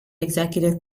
executive